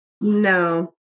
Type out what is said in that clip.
No